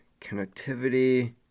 connectivity